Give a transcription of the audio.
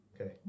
Okay